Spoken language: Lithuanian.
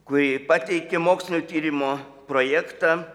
kuri pateikė mokslinio tyrimo projektą